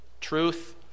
Truth